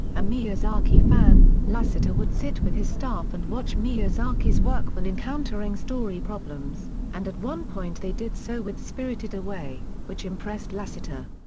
a miyazaki fan, lasseter would sit with his staff and watch miyazaki's work when encountering story problems, and at one point they did so with spirited away, which impressed lasseter.